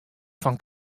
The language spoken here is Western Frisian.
fan